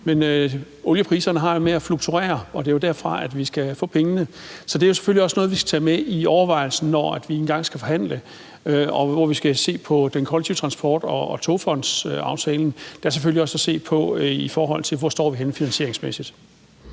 Men oliepriserne har det jo med at fluktuere, og det er derfra, vi skal få pengene til det. Så det er selvfølgelig også noget, vi skal tage med i overvejelsen, når vi engang skal forhandle og vi skal se på den kollektive transport og togfondsaftalen, og der skal vi selvfølgelig også se på, hvor vi står henne finansieringsmæssigt.